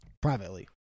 Privately